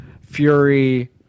Fury